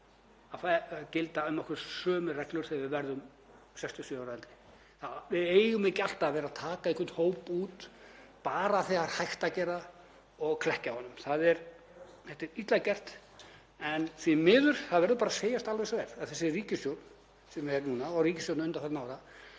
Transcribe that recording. að gilda um okkur öll sömu reglur þegar við verðum 67 ára og eldri. Við eigum ekki alltaf að vera að taka einhvern hóp út bara þegar hægt er að gera það og klekkja á honum. Þetta er illa gert. En því miður, það verður bara að segjast alveg eins og er að þessi ríkisstjórn sem er núna og ríkisstjórnir undanfarinna ára